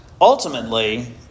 Ultimately